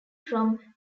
from